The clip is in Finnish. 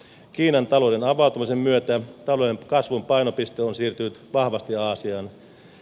kiinan talouden avautumisen myötä taloudellisen kasvun painopiste on siirtynyt vahvasti aasiaan